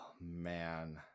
man